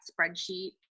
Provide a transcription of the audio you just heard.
spreadsheet